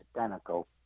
identical